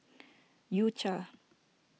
U Cha